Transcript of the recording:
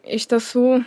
iš tiesų